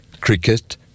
cricket